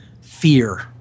fear